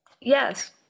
Yes